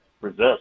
resist